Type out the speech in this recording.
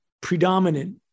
predominant